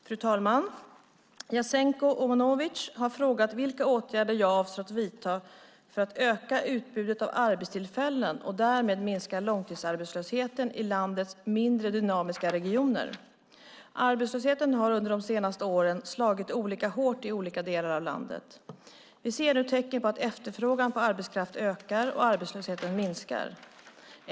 Fru talman! Jasenko Omanovic har frågat vilka åtgärder jag avser att vidta för att öka utbudet av arbetstillfällen och därmed minska långtidsarbetslösheten i landets mindre dynamiska regioner. Arbetslösheten har under de senaste åren slagit olika hårt i olika delar av landet. Vi ser nu tecken på att efterfrågan på arbetskraft ökar och arbetslösheten minskar.